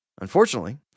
Unfortunately